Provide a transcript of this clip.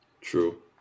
True